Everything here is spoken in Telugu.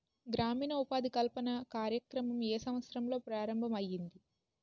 గ్రామీణ ఉపాధి కల్పన కార్యక్రమం ఏ సంవత్సరంలో ప్రారంభం ఐయ్యింది?